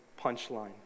punchline